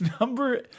Number